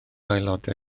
aelodau